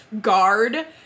guard